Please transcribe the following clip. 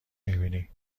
میبینی